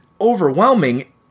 overwhelming